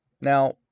now